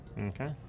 Okay